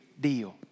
deal